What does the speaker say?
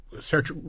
search